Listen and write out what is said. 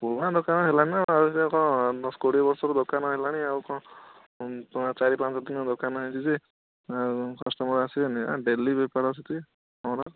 ପୁରୁଣା ଦୋକାନ ହେଲାଣି ନା ଆଉ ସେ କ'ଣ ଦଶ କୋଡ଼ିଏ ବର୍ଷର ଦୋକାନ ହେଲାଣି ଆଉ କ'ଣ ଚାରି ପାଞ୍ଚଦିନର ଦୋକାନ ହେଇଛି ଯେ ଆଉ କଷ୍ଟମର୍ ଆସିବେନି ଡେଲି ବେପାର ହେଉଛି ମୋର